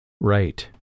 Right